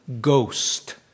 ghost